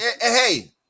Hey